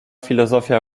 filozofia